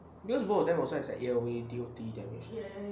because both of them also has A_O_E D_O_T damage